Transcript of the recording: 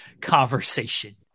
conversation